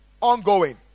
ongoing